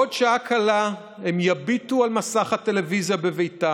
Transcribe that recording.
בעוד שעה קלה הם יביטו על מסך הטלוויזיה בביתם,